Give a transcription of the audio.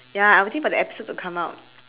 ya I waiting for that episode to come out